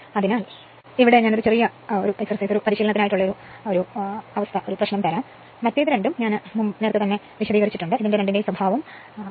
അതിനാൽ ഈ രണ്ടും ഈ രണ്ടും ഞാൻ ഇവിടെ മനഃപൂർവം നൽകിയില്ല ഞാൻ ഇവിടെ ഗണിതശാസ്ത്രം 1 അല്ലെങ്കിൽ 2 സമവാക്യം നൽകിയില്ല